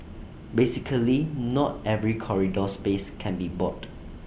basically not every corridor space can be bought